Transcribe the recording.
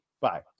Bye